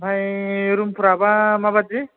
ओमफ्राय रुमफ्राबा माबायदि